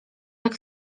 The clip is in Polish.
jak